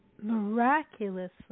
miraculously